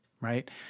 right